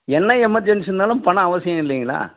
என்ன எமர்ஜென்ஸினாலும் பணம் அவசியம் இல்லைங்களா